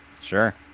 Sure